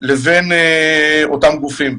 לבין אותם גופים.